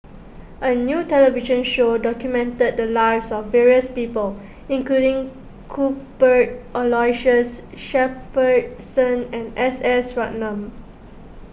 a new television show documented the lives of various people including Cuthbert Aloysius Shepherdson and S S Ratnam